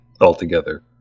altogether